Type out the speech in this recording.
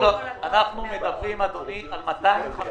אנחנו מדברים, אדוני, על 250